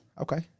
Okay